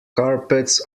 carpets